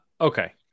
okay